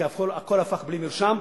כי הכול הפך בלי מרשם,